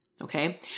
Okay